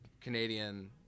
canadian